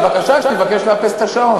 בבקשה, אני מבקש לאפס את השעון.